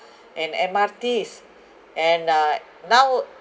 and M_R_Ts and I now